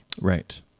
right